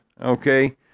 Okay